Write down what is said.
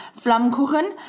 flammkuchen